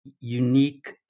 unique